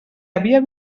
havia